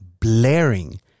blaring